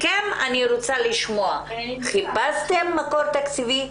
מכם אני רוצה לשמוע אם חיפשתם מקור תקציבי?